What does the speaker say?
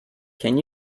can